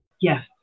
Yes